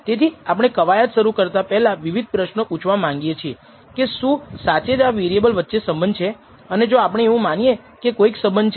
તેથી આપણે પ્રારંભ કરતા પહેલા આપણે આ અંદાજની કેટલીક ગુણધર્મો મેળવવાની જરૂર છે જે આપણી પાસે છે